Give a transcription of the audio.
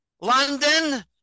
London